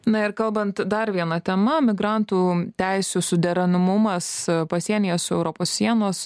na ir kalbant dar viena tema migrantų teisių suderinamumas pasienyje su europos sienos